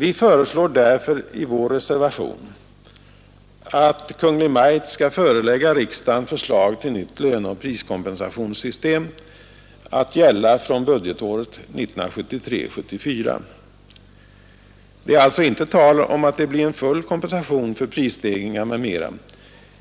Vi föreslår därför i vår reservation att Kungl. Maj:t skall förelägga riksdagen förslag till nytt löneoch priskompensationssystem att gälla från budgetåret 1973/74. Det är alltså inte tal om att det blir en full kompensation för prisstegringar m.m.,